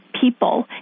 people